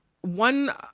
one